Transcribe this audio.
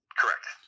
correct